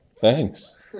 thanks